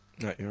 No